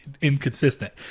inconsistent